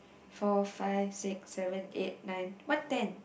four five six seven eight nine what ten